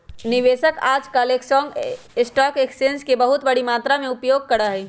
निवेशक आजकल stock exchange के बहुत बडी मात्रा में उपयोग करा हई